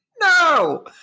no